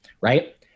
right